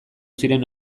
ziren